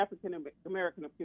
African-American